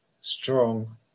strong